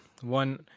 one